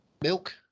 milk